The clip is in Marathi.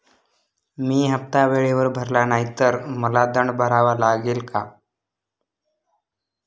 मी हफ्ता वेळेवर भरला नाही तर मला दंड भरावा लागेल का?